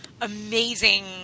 amazing